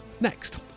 Next